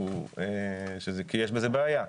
כי יש בזה בעיה.